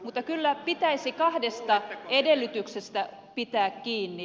mutta kyllä pitäisi kahdesta edellytyksestä pitää kiinni